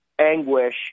anguish